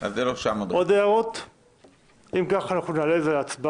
אם אין עוד התייחסויות נעבור להצבעה.